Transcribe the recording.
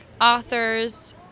authors